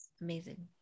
Amazing